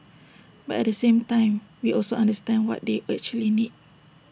but at the same time we also understand what they actually need